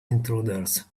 intruders